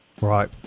right